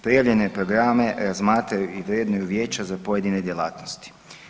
Prijavljene programe razmatraju i vrednuju vijeća za pojedine djelatnosti.